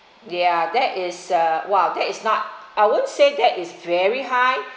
ya that is a !wow! that is not I won't say that is very high